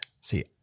See